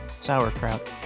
sauerkraut